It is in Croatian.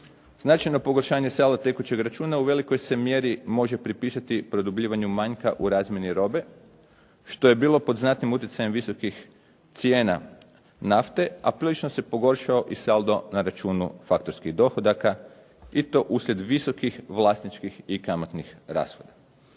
Značajno pogoršanje salda tekućeg računa u velikoj se mjeri može pripisati produbljivanju manjka u razmjeni robe što je bilo pod znatnim utjecajem visokih cijena nafte a prilično se pogoršao i saldo na računu faktorskih dohodaka i to uslijed visokih vlasničkih i kamatnih rashoda.